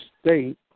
State